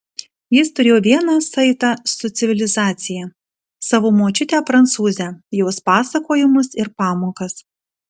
jis turėjo vieną saitą su civilizacija savo močiutę prancūzę jos pasakojimus ir pamokas